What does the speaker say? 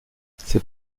ces